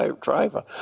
driver